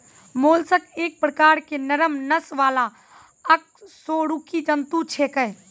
mollusc एक प्रकार के नरम नस वाला अकशेरुकी जंतु छेकै